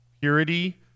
purity